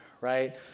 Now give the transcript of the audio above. right